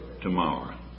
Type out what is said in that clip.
tomorrow